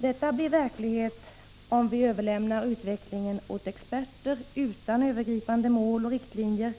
Detta blir verklighet om vi överlämnar utvecklingen åt experter utan övergripande mål och riktlinjer,